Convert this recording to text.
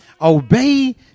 Obey